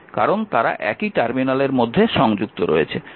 কারণ তারা একই টার্মিনালের মধ্যে সংযুক্ত রয়েছে